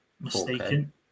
mistaken